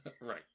right